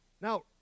Now